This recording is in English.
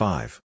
Five